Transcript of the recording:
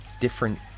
different